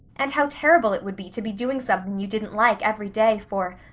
and how terrible it would be to be doing something you didn't like every day for.